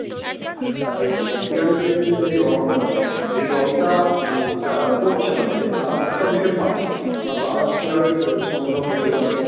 আচ্ছা আচ্ছা আচ্ছা এশিয়ান পেন্টের যে রঙটা এই রঙটা যারা করছে বাড়িতে তারা কোথা থেকে পাচ্ছে আর তারা কীভাবে সংগ্রহ করছে রঙটা